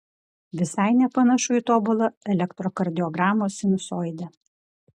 visai nepanašu į tobulą elektrokardiogramos sinusoidę